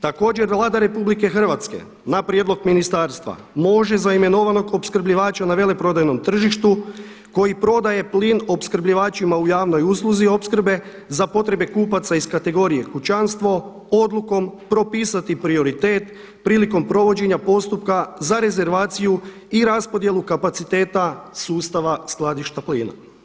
Također Vlada RH na prijedlog ministarstva može za imenovanog opskrbljivača na veleprodajnom tržištu koji prodaje plin opskrbljivačima u javnoj usluzi opskrbe za potrebe kupaca iz kategorije kućanstvo odlukom propisati prioritet prilikom provođenja postupka za rezervaciju i raspodjelu kapaciteta sustava skladišta plina.